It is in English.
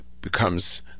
becomes